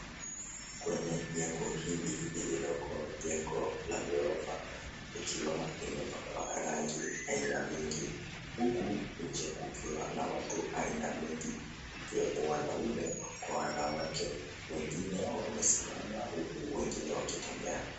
Kwenye jengo hili liloko jengo la ghorofa ikiwa imepakwa rangi aina mingi huku inje kukiwa na watu aina mingi ukiwepo wanaume kwa wanawake wengine wamesimama huku wengine wakitembea.